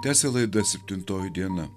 tęsia laida septintoji diena